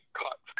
cut